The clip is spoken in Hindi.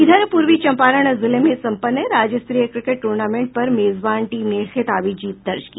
इधर पूर्वी चंपारण जिले में संपन्न राज्य स्तरीय क्रिकेट टूर्नामेंट पर मेजबान टीम ने खिताबी जीत दर्ज की